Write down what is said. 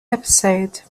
episode